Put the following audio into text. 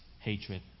hatred